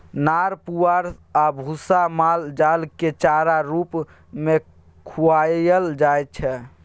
नार पुआर आ भुस्सा माल जालकेँ चारा रुप मे खुआएल जाइ छै